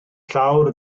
llawr